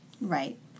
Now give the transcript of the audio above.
right